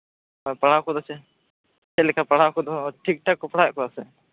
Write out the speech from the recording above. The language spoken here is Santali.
ᱯᱟᱲᱦᱟᱣ ᱠᱚᱫᱚ ᱥᱮ ᱪᱮᱫ ᱞᱮᱠᱟ ᱯᱟᱲᱦᱟᱣ ᱠᱚᱫᱚ ᱴᱷᱤᱠ ᱴᱷᱟᱠ ᱠᱚ ᱯᱟᱲᱦᱟᱣ ᱮᱫ ᱠᱚᱣᱟ ᱥᱮ